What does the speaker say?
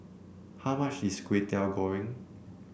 how much is Kwetiau Goreng